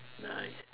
nice